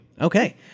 Okay